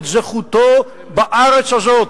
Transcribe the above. את זכותו בארץ הזאת.